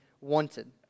wanted